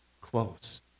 close